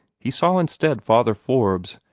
he saw instead father forbes,